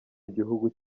igihugu